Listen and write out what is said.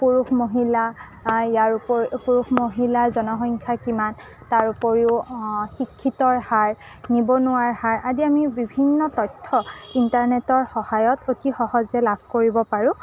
পুৰুষ মহিলা ইয়াৰ উপৰিও পুৰুষ মহিলাৰ জনসংখ্যা কিমান তাৰ উপৰিও শিক্ষিতৰ হাৰ নিবনুৱাৰ হাৰ আদি আমি বিভিন্ন তথ্য ইণ্টাৰনেটৰ সহায়ত অতি সহজে লাভ কৰিব পাৰোঁ